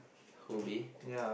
who me